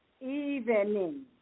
evening